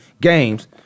games